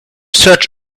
search